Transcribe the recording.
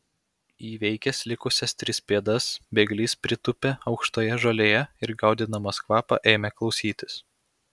įveikęs likusias tris pėdas bėglys pritūpė aukštoje žolėje ir gaudydamas kvapą ėmė klausytis